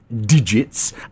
digits